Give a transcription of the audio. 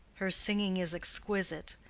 her singing is exquisite.